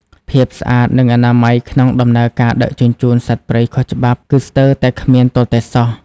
ភាពស្អាត និងអនាម័យក្នុងដំណើរការដឹកជញ្ជូនសត្វព្រៃខុសច្បាប់គឺស្ទើរតែគ្មានទាល់តែសោះ។